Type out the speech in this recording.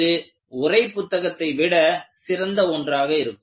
இது உரை புத்தகத்தை விட சிறந்த ஒன்றாக இருக்கும்